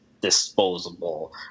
disposable